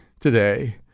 today